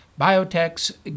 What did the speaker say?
Biotech's